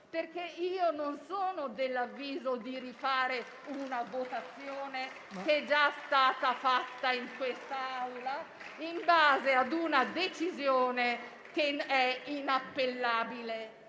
sono, infatti, dell'avviso di rifare una votazione che è già avvenuta in quest'Aula, in base ad una decisione che è inappellabile.